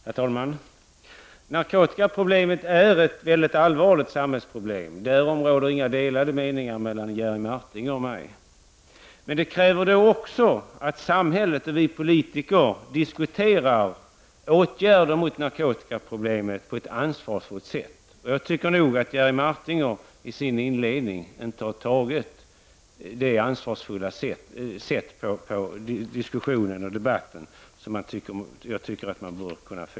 Herr talman! Narkotikaproblemet är ett mycket allvarligt samhällsproblem; därom råder inga delade meningar mellan Jerry Martinger och mig. Det krävs att samhället och vi politiker diskuterar åtgärder mot narkotikaproblemet på ett ansvarsfullt sätt. Jag tycker att Jerry Martinger i sitt inledningsanförande inte har diskuterat problemet på det ansvarsfulla sätt som man kan fordra.